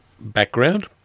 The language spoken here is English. background